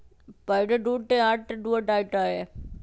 पहिले दूध के हाथ से दूहल जाइत रहै